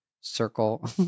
circle